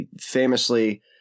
famously